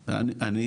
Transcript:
--- למה?